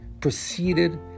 proceeded